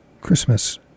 Christmas